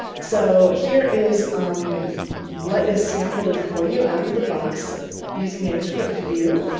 so here is um what is scaffolded for you out of the box using nativescript-vue.